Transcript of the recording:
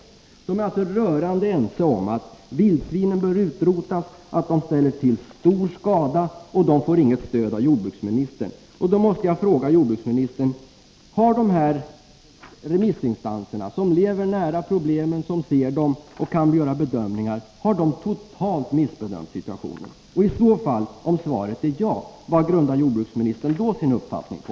Man är alltså rörande ense om att vildsvinen ställer till stor skada och att de bör utrotas, men man får inget stöd av jordbruksministern. Då måste jag fråga jordbruksministern: Har de här remissinstanserna, som lever nära problemen och ser dem och kan göra bedömningar, totalt missbedömt situationen? Om svaret är ja, vad grundar jordbruksministern då sin uppfattning på?